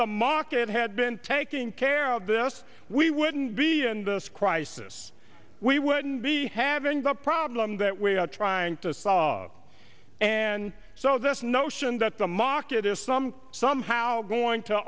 the market had been taking care of this we wouldn't be in this crisis we wouldn't be having the problem that we are trying to solve and so this notion that the market is some somehow going to